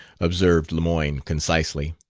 observed lemoyne concisely.